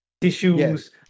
tissues